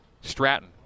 Stratton